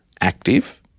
active